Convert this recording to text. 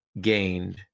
gained